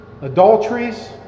adulteries